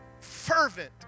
fervent